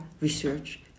research